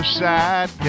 sad